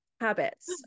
habits